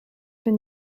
been